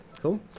Cool